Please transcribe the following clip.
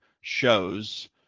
shows